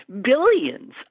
billions